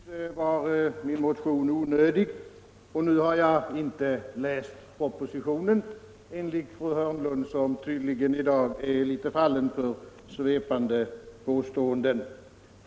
Herr talman! Nyss var min motion onödig och nu har jag inte läst propositionen, enligt fru Hörnlund som i dag tydligen är litet fallen för svepande påståenden.